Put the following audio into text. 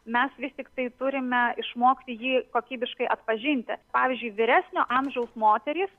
mes vis tiktai turime išmokti jį kokybiškai atpažinti pavyzdžiui vyresnio amžiaus moterys